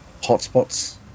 hotspots